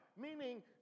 Meaning